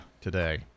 today